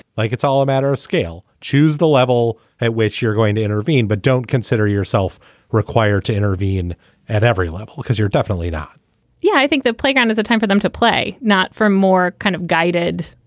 like it's all a matter of scale. choose the level at which you're going to intervene, but don't consider yourself required to intervene at every level because you're definitely not yeah, i think the playground is a time for them to play, not for more kind of guided.